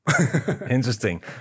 interesting